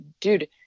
dude